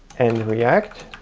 and react.